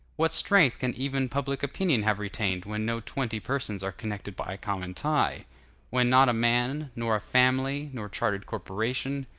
what strength can even public opinion have retained, when no twenty persons are connected by a common tie when not a man, nor a family, nor chartered corporation,